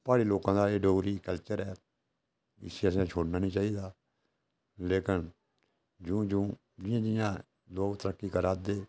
प्हाड़ी लोकें दा एह् डोगरी कल्चर ऐ इसी असें छुड़ना निं चाहिदा लेकिन जूं जूं जियां जियां लोक तरक्की करै दे